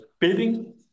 bidding